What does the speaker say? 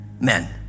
men